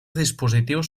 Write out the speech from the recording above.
dispositius